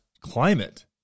climate